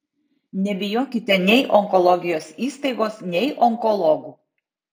nebijokite nei onkologijos įstaigos nei onkologų